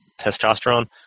Testosterone